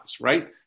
right